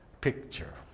picture